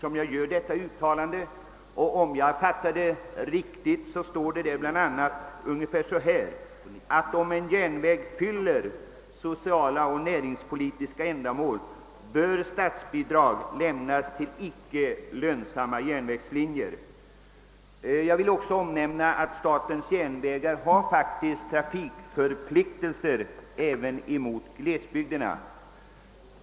Om jag fattat saken rätt står det i det beslutet bl.a., att om en järnväg fyller sociala och näringspolitiska ändamål bör statsbidrag lämnas till icke lönsamma järnvägslinjer. Jag vill också erinra om att statens järnvägar har trafikförpliktelser även mot folket i glesbygderna.